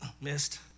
Missed